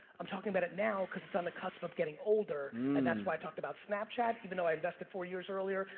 i'm talking about it now cause it's on the cusp of getting older and that's why i've talked about snapchat even though i invested four years earlier.